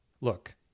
look